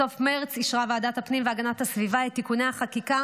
בסוף מרץ אישרה ועדת הפנים והגנת הסביבה את תיקוני החקיקה